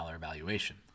valuation